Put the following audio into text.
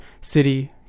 city